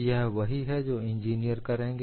यह वही है जो इंजीनियर करेंगें